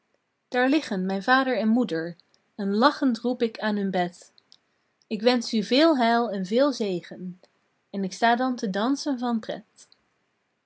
daar liggen mijn vader en moeder en lachend roep ik aan hun bed ik wensch u veel heil en veel zegen en k sta dan te dansen van pret